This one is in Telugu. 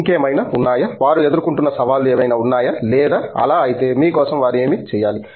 ఇంకేమైనా ఉన్నాయా వారు ఎదుర్కొంటున్న సవాళ్లు ఏవైనా ఉన్నాయా లేదా అలా అయితే మీ కోసం వారు ఏమి చేయాలి